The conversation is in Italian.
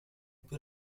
più